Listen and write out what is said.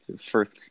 First